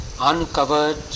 uncovered